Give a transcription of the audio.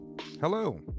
hello